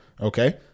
Okay